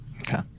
Okay